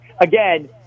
again